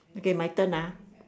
okay my turn ah